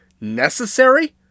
necessary